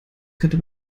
könnte